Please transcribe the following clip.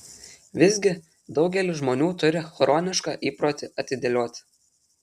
visgi daugelis žmonių turį chronišką įprotį atidėlioti